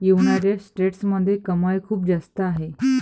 United स्टेट्समध्ये कमाई खूप जास्त आहे